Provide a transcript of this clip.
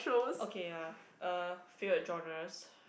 okay ya uh favourite genres